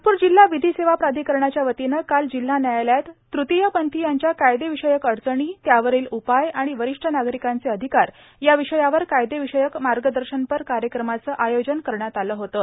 नागप्र जिल्हा विधी सेवा प्राधिकरणाच्या वतीनं काल जिल्हा न्यायालयात तृतीयपंथीयांच्या कायदेविषयक अडचणी त्यावरील उपाय आणि वरिष्ठ नागरिकांचे अधिकार या विषयावर कायदेविशयक मार्गदर्शनपर कार्यक्रमाचं आयोजन करण्यात आलं होतं